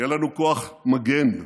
יהיה לנו כוח מגן,